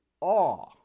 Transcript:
awe